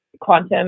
quantum